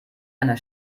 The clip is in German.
einer